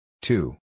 Two